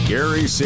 Gary